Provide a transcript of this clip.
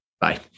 Bye